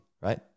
right